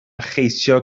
cheisio